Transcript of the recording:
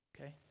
okay